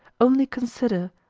only consider,